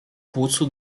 płucu